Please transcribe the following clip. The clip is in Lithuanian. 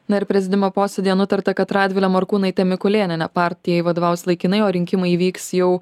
na ir prezidiumo posėdyje nutarta kad radvilę morkūnaitę mikulėnienę partijai vadovaus laikinai o rinkimai įvyks jau